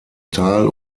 tal